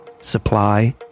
supply